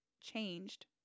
changed